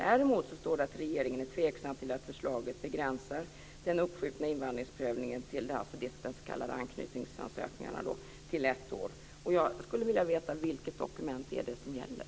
Däremot står det att regeringen är tveksam till att förslaget begränsar den uppskjutna invandringsprövningen till de s.k. anknytningsansökningarna till ett år. Jag skulle vilja veta vilket dokument som gäller.